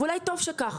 ואולי טוב שכך.